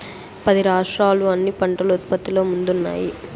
పది రాష్ట్రాలు అన్ని పంటల ఉత్పత్తిలో ముందున్నాయి